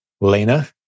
Lena